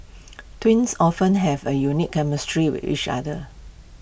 twins often have A unique chemistry with each other